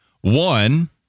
One –